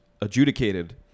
adjudicated